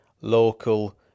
local